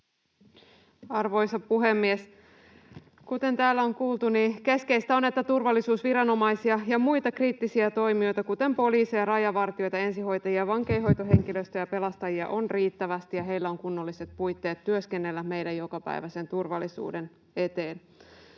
Arvoisa puhemies! Kuten täällä on kuultu, niin keskeistä on, että turvallisuusviranomaisia ja muita kriittisiä toimijoita, kuten poliiseja, rajavartijoita, ensihoitajia, vankeinhoitohenkilöstöä, pelastajia, on riittävästi ja että heillä on kunnolliset puitteet työskennellä meidän jokapäiväisen turvallisuutemme eteen.